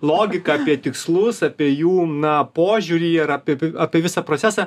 logiką apie tikslus apie jų na požiūrį ir p p apie visą procesą